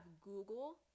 Google